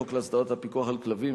חוק להסדרת הפיקוח על כלבים,